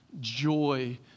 joy